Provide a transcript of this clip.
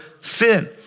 sin